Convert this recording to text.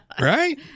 Right